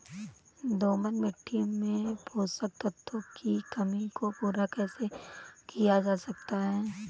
दोमट मिट्टी में पोषक तत्वों की कमी को पूरा कैसे किया जा सकता है?